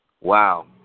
wow